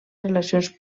relacions